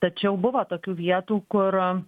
tačiau buvo tokių vietų kur